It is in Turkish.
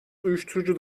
uyuşturucu